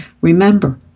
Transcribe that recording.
Remember